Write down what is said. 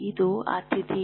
ಇದು ಅತಿಥಿ